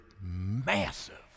massive